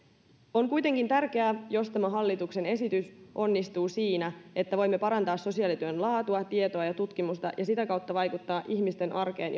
on kuitenkin tärkeää jos tämä hallituksen esitys onnistuu siinä että voimme parantaa sosiaalityön laatua tietoa ja tutkimusta ja sitä kautta vaikuttaa niiden ihmisten arkeen